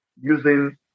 using